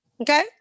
Okay